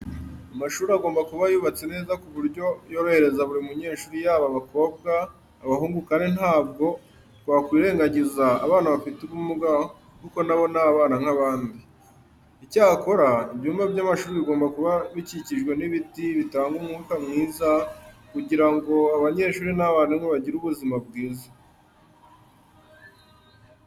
Amashuri agomba kuba yubatse neza ku buryo yorohereza buri munyeshuri yaba abakobwa, abahungu kandi ntabwo twakwirengagiza abana bafite ubumuga kuko na bo ni abana nk'abandi. Icyakora, ibyumba by'amashuri bigomba kuba bikikijwe n'ibiti bitanga umwuka mwiza kugira ngo abanyeshuri n'abarimu bagire ubuzima bwiza.